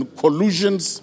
collusions